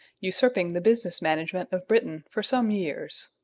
usurping the business management of britain for some years.